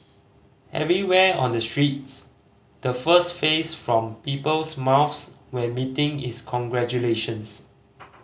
everywhere on the streets the first phrase from people's mouths when meeting is congratulations